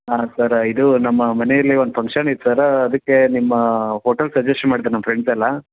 ಹಾಂ ಸರ್ ಇದು ನಮ್ಮ ಮನೆಯಲ್ಲಿ ಒಂದು ಫಂಕ್ಷನ್ ಇತ್ತು ಸರ್ ಅದಕ್ಕೆ ನಿಮ್ಮ ಹೋಟೆಲ್ ಸಜೆಸ್ಟ್ ಮಾಡ್ದ್ರೆ ನಮ್ಮ ಫ್ರೆಂಡ್ಸ್ ಎಲ್ಲ